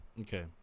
Okay